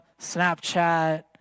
Snapchat